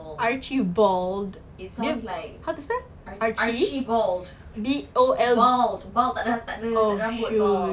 archie bol dia how to spell archie B O L oh